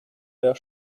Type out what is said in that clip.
der